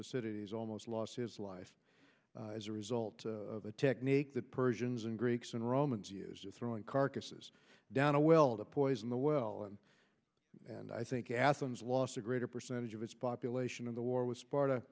to cities almost lost his life as a result of a technique that persians and greeks and romans used to throwing carcasses down a well to poison the well and i think athens lost a greater percentage of its population in the war with sparta